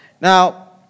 Now